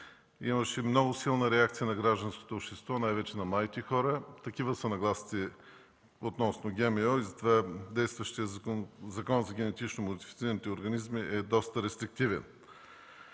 имаше много силна реакция на гражданското общество и най-вече на младите хора. Такива са нагласите относно ГМО и затова действащият Закон за генетично модифицираните организми е доста рестриктивен.